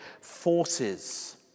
forces